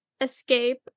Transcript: escape